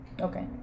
okay